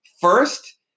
first